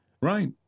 Right